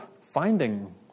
finding